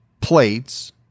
plates